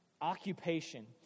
occupation